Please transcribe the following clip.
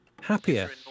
happier